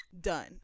Done